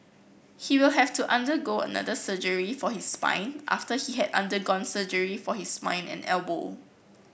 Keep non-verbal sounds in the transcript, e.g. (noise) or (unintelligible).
he will have to undergo another surgery for his spine after he had undergone surgery for his (unintelligible) and elbow